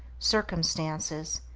circumstances,